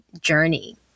journey